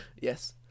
Yes